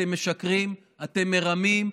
אתם משקרים, אתם מרמים.